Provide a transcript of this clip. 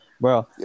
bro